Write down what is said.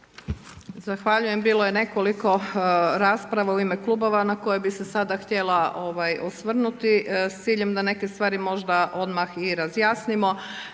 Zahvaljujem. Bilo je nekoliko rasprava u ime klubova na koje bi se sada htjela osvrnuti s ciljem da neke stvari možda odmah i razjasnimo.